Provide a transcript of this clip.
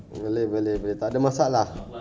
boleh boleh boleh takde masalah